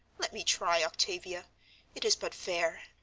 let me try, octavia it is but fair,